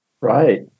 Right